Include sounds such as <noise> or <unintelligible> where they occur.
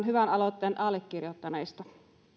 <unintelligible> hyvän aloitteen allekirjoittaneista